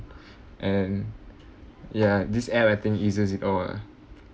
and ya this app I think eases it all ah